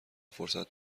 فرصت